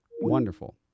Wonderful